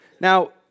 Now